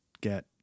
get